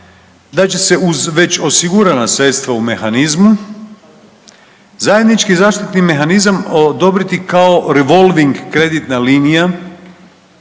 da će se uz već osigurana sredstava u mehanizmu zajednički zaštitni mehanizam odobriti kao revolving kreditna linija